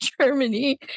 Germany